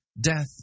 Death